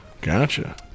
Gotcha